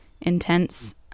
intense